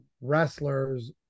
wrestlers